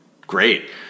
great